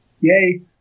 yay